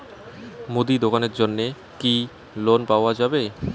মুদি দোকানের জন্যে কি লোন পাওয়া যাবে?